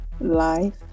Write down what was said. life